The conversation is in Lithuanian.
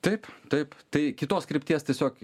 taip taip tai kitos krypties tiesiog